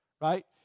right